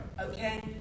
Okay